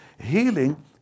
healing